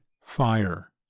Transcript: fire